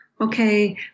Okay